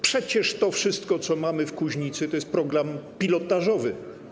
Przecież to wszystko, co mamy w Kuźnicy, to jest program pilotażowy.